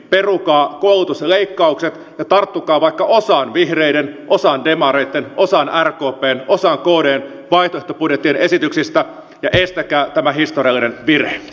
perukaa koulutusleikkaukset ja tarttukaa vaikkapa osaan vihreiden osaan demareitten osaan rkpn osaan kdn vaihtoehtobudjettien esityksistä ja estäkää tämä historiallinen virhe